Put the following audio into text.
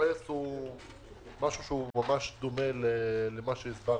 CRS הוא משהו שממש דומה למה הסברנו.